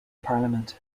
parliament